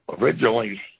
Originally